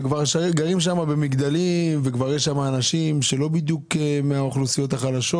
וגרים שם במגדלים וכבר יש שם אנשים שלא בדיוק מהאוכלוסיות החלשות.